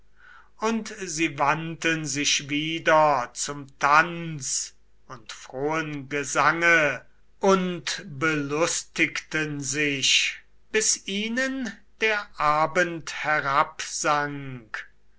und sie wandten sich wieder zum tanz und frohen gesange und belustigten sich bis ihnen der abend